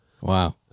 Wow